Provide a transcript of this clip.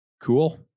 Cool